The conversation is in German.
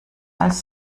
als